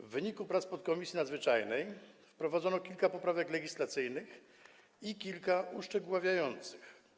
W wyniku prac podkomisji nadzwyczajnej wprowadzono kilka poprawek legislacyjnych i kilka uszczegóławiających.